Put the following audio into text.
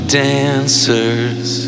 dancers